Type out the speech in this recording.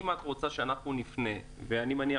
אם את רוצה שאנחנו נפנה - ואני מניח